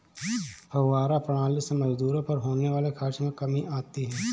फौव्वारा प्रणाली से मजदूरों पर होने वाले खर्च में कमी आती है